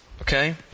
okay